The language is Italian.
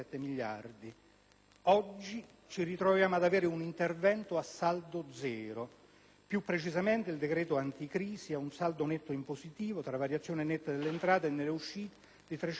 Oggi ci ritroviamo ad avere un intervento a saldo zero; più precisamente, il decreto anticrisi ha un saldo netto in positivo, tra variazioni nette nelle entrate e nelle uscite, di 390 milioni